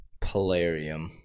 Polarium